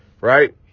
right